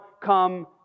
come